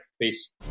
Peace